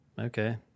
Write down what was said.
Okay